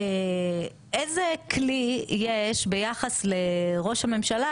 איזה כלי יש ביחס לראש הממשלה,